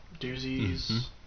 Doozie's